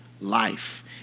life